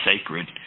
sacred